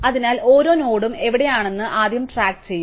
അതിനാൽ ഓരോ നോഡും എവിടെയാണെന്ന് ഞങ്ങൾ ആദ്യം ട്രാക്ക് ചെയ്യും